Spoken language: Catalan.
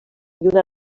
una